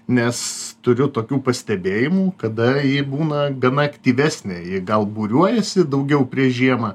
nes turiu tokių pastebėjimų kada ji būna gana aktyvesnė ji gal būriuojasi daugiau prieš žiemą